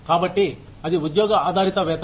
కాబట్టి అది ఉద్యోగ ఆధారిత వేతనం